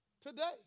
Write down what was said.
Today